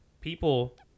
people